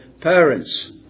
parents